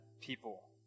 people